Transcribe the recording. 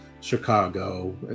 Chicago